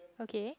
okay